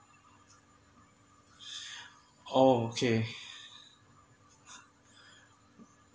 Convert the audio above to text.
oh okay